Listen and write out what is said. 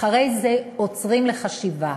אחרי זה עוצרים לחשיבה.